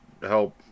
help